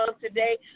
today